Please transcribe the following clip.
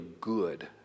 good